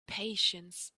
patience